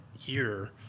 year